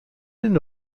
den